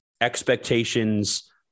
expectations